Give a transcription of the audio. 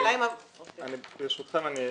ברשותכם,